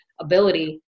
ability